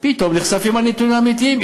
פתאום נחשפים הנתונים האמיתיים,